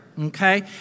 Okay